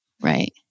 right